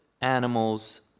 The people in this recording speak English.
animals